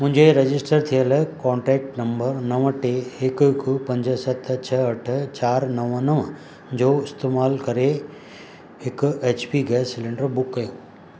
मुंहिंजे रजिस्टर थियलु contact number नव टे हिकु हिकु पंज सत छह अठ चार नव नव जो इस्तेमालु करे हिकु H P gas cylinder book कयो